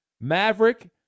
Maverick